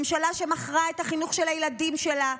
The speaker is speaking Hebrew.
ממשלה שמכרה את החינוך של הילדים שלה,